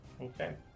Okay